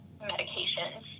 medications